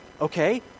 okay